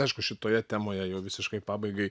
aišku šitoje temoje jau visiškai pabaigai